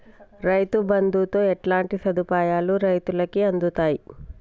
రైతు బంధుతో ఎట్లాంటి సదుపాయాలు రైతులకి అందుతయి?